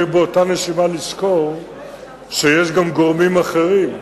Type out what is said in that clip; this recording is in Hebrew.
באותה נשימה צריך לזכור שיש גם גורמים אחרים,